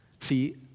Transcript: See